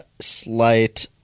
slight